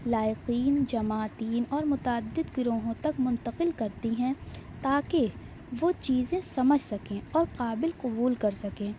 لائقین جماتین اور متعدد گروہوں تک منتقل کرتی ہیں تاکہ وہ چیزیں سمجھ سکیں اور قابل قبول کر سکیں